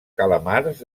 calamars